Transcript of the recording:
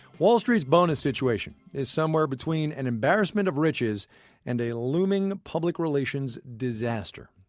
wall street's bonus situation is somewhere between an embarrassment of riches and a looming public relations disaster.